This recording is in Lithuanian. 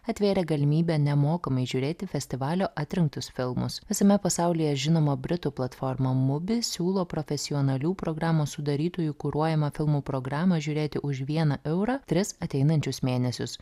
atvėrė galimybę nemokamai žiūrėti festivalio atrinktus filmus visame pasaulyje žinoma britų platforma mubi siūlo profesionalių programos sudarytojų kuruojamą filmų programą žiūrėti už vieną eurą tris ateinančius mėnesius